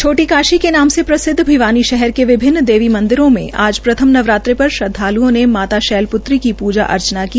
छोटी काशी के नाम से प्रसिद्व भिवानी शहर के विभिन्न देवी मंदिरों में आज प्रथम नवरात्रे पर श्रद्वाल्ओं ने माता शैलप्त्री की पूजा अर्चना की